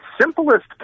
simplest